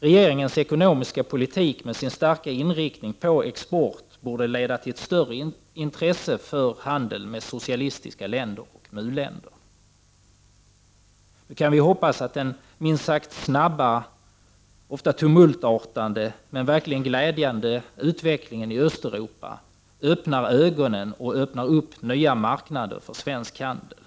Regeringens ekonomiska politik med sin starka inriktning på export borde leda till ett större intresse för handeln med socialistiska länder och u-länder. Nu kan vi hoppas att den minst sagt snabba, ofta tumultartade, men verkligen glädjande utvecklingen i Östeuropa öppnar ögonen och öppnar marknader för svensk handel.